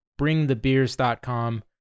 bringthebeers.com